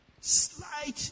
Slight